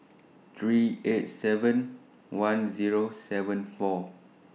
three eight seven eight one Zero seven four